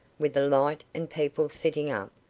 with a light and people sitting up,